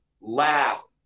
laugh